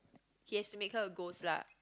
he has to make her a ghost lah